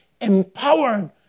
empowered